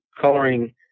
coloring